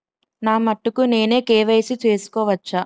నా మటుకు నేనే కే.వై.సీ చేసుకోవచ్చా?